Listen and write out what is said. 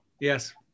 yes